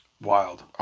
Wild